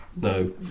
No